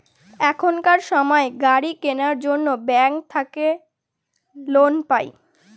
এখনকার সময় গাড়ি কেনার জন্য ব্যাঙ্ক থাকে লোন পাই